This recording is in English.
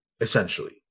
Essentially